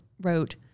wrote